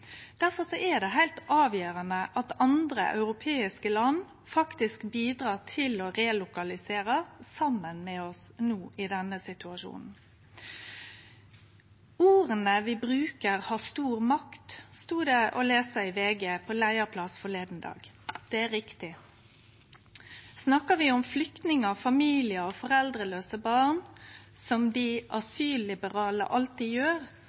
er det heilt avgjerande at andre europeiske land faktisk bidrar til å relokalisere saman med oss, no i denne situasjonen. Orda vi bruker, har stor makt, stod det å lese i VG på leiarplass for nokre dagar sidan. Det er riktig. «Snakker vi om flyktninger, familier og foreldreløse barn, som de asylliberale alltid gjør,